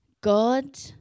God